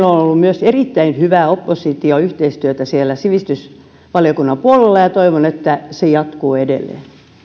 myös erittäin hyvää oppositioyhteistyötä sivistysvaliokunnan puolella ja toivon että se jatkuu edelleen